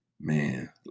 man